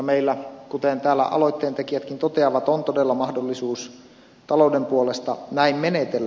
meillä kuten täällä aloitteen tekijätkin toteavat on todella mahdollisuus talouden puolesta näin menetellä